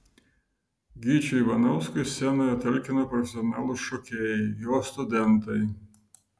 gyčiui ivanauskui scenoje talkino profesionalūs šokėjai jo studentai